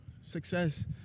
success